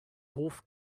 hof